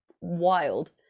wild